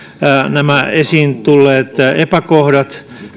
näitä esiin tulleita epäkohtia